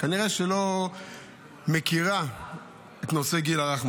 כנראה שלא מכירה מספיק את נושא הגיל הרך,